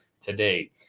today